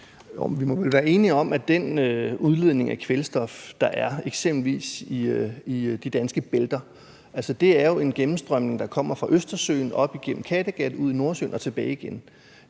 vi må vel være enige om, at den udledning af kvælstof, der er eksempelvis i de danske bælter, sker via en gennemstrømning, der kommer fra Østersøen op igennem Kattegat og ud i Nordsøen og tilbage igen.